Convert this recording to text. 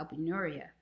albinuria